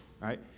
right